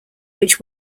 which